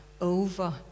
over